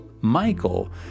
Michael